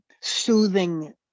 soothing